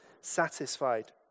satisfied